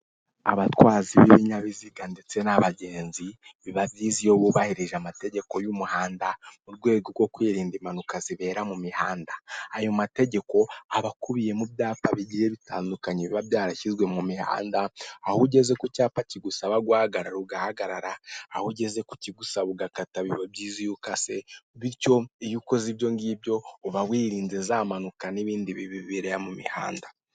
Abatwazi b'ibibinyabiziga ndetse n'abagenzi biba byiza iyo wubahirije amategeko y'umuhanda mu rwego rwo kwirinda impanuka zibera mu mihanda, ayo mategeko aba akubiye mu byapa bigiye bitandukanye biba byarashyizwe mu mihanda aho ugeze ku cyapa kigusaba guhagarara ugahagarara, aho ugeze kukigusaba ugakata biba byiza iyo ukase bityo iyo ukoze ibyongibyo uba wirinze za mpanuka n'ibindi bib bibera mu mihanda.